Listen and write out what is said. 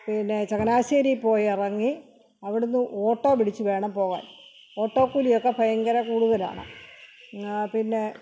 പിന്നെ ചങ്ങനാശ്ശേരി പോയി ഇറങ്ങി അവിടെ നിന്ന് ഓട്ടോ പിടിച്ചു വേണം പോകാൻ ഓട്ടോ കൂലി ഒക്കെ ഭയങ്കര കൂടുതലാണ് പിന്നെ